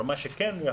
מה שכן,